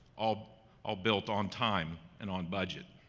um all built on time and on budget.